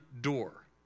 door